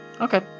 Okay